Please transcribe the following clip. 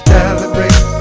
Celebrate